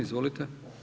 Izvolite.